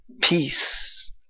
peace